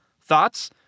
Thoughts